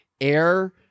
air